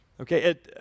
Okay